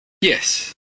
Yes